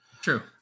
True